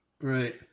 Right